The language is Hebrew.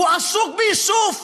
הוא עסוק באיסוף.